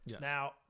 now